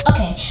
Okay